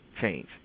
change